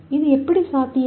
இது எப்படி சாத்தியம்